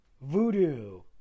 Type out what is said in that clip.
Voodoo